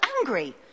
angry